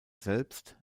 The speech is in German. selbst